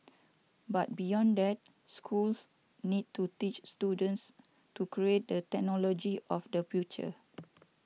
but beyond that schools need to teach students to create the technology of the future